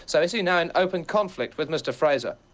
so is he now in open conflict with mr fraser?